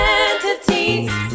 entities